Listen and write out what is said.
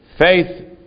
faith